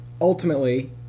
Ultimately